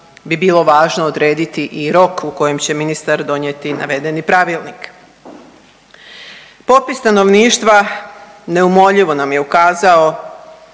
bi bilo važno odrediti i rok u kojem će ministar donijeti navedeni pravilnik. Popis stanovništva neumoljivo nam je ukazao